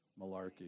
malarkey